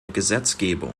gesetzgebung